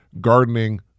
gardening